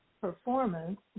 performance